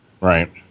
Right